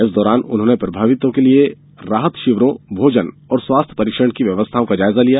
इस दौरान उन्होंने प्रभावितों के लिये राहत शिविरों भोजन और स्वास्थ्य परीक्षण की व्यवस्थाओं का जायजा लिया